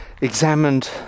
examined